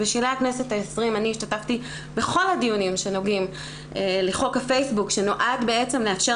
אני השתתפתי בכל הדיונים שנוגעים לחוק הפייסבוק שנועד לאפשר